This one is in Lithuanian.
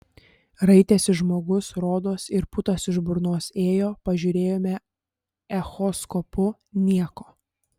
raitėsi žmogus rodos ir putos iš burnos ėjo pažiūrėjome echoskopu nieko